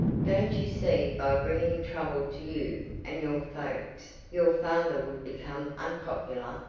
don't you see by bringing trouble to you and your folks your father would become unpopular?